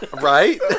Right